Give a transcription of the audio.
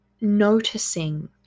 Noticing